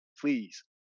please